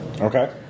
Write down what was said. Okay